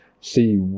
see